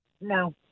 No